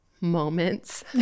moments